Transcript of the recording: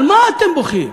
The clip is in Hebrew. על מה אתם בוכים?